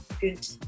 good